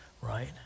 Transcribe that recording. right